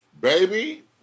baby